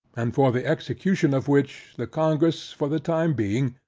and for the execution of which, the congress for the time being,